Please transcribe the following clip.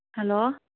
hello